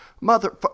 mother